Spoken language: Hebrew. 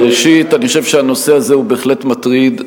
ראשית אני חושב שהנושא הזה הוא בהחלט מטריד.